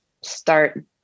start